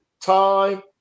time